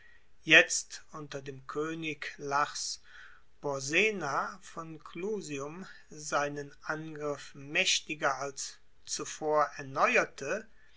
jetzt unter dem koenig lars porsena von clusium seinen angriff maechtiger als zuvor erneuerte